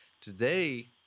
Today